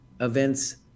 events